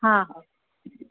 हा हा